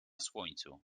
słońcu